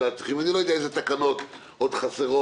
צריכים אני לא יודע איזה תקנות עוד חסרות,